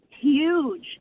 huge